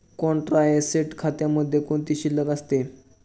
Contra asset खात्यामध्ये कोणती शिल्लक असते?